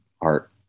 art